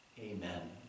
Amen